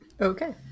Okay